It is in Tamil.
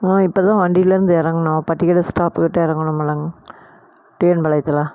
ஆ இப்போ தான் வண்டியிலருந்து இறங்குனோம் பட்டிக்கடை ஸ்டாப்புக்கிட்ட இறங்குனோம் மேடம் டிஎன்பாளையத்தில்